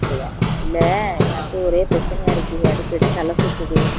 அப்படியா இல்லை எனக்கு ஒரே பிரச்சினையா இருக்குது அடிக்கடி தலை சுற்றுது